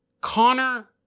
Connor